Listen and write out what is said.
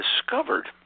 discovered